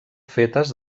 fetes